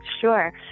Sure